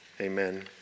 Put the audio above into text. amen